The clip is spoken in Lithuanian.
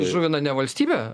įžuvina ne valstybė